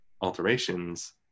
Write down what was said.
alterations